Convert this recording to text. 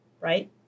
right